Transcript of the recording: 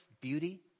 beauty